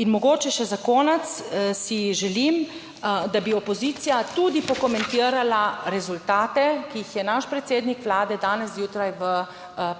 In mogoče še za konec si želim, da bi opozicija tudi pokomentirala rezultate, ki jih je naš predsednik Vlade danes zjutraj v